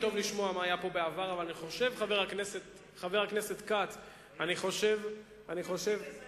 חבר הכנסת פינס היה